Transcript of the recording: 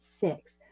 six